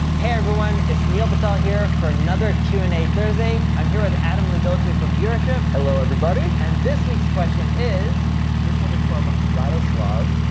hey everyone, it's neil patel here for another q and a thursday. i'm here with adam lodolce from viewership. hello everybody. and this week's question is this one is from ah radoslav,